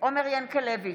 עומר ינקלביץ'